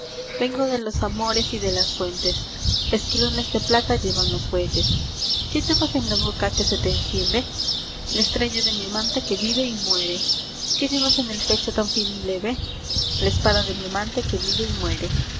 vengo de los amores y de las fuentes esquilones de plata llevan los bueyes qué llevas en la boca que se te enciende la estrella de mi amante que vive y muere qué llevas en el pecho tan fino y leve la espada de mi amante que vive y muere